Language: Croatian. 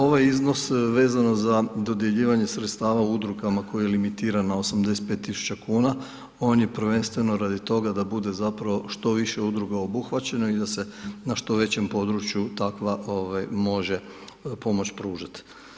Ovaj iznos vezano za dodjeljivanje sredstava Udrugama koje limitirano na 85.000,00 kn, on je prvenstveno radi toga da bude zapravo što više Udruga obuhvaćeno i da se na što većem području takva može pomoć pružiti.